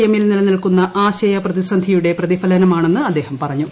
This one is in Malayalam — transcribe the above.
എമ്മിൽ നിലനിൽക്കുന്ന ആശയപ്രതീസന്ധിയുടെ പ്രതിഫലനമാണെന്ന് അദ്ദേഹം വാദിച്ചു